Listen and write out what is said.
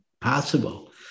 possible